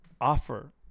offer